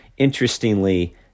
Interestingly